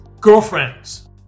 Girlfriends